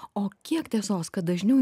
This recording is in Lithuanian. o kiek tiesos kad dažniau